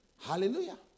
Hallelujah